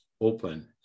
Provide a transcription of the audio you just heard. open